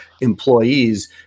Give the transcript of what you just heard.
employees